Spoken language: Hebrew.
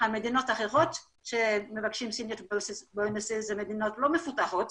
המדינות האחרות שמבקשות signature bonuses הן לא מפותחות,